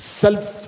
self